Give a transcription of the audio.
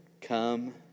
Come